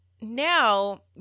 now